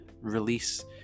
release